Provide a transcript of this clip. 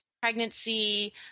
pregnancy